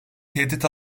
tehdit